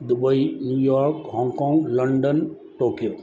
Dubai New York Hong Kong London Tokyo